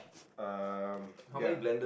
um ya